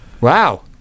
Wow